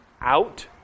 out